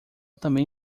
também